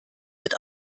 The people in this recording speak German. wird